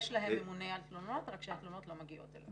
יש להם ממונה על תלונות אבל התלונות לא מגיעות אליו.